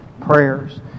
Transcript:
prayers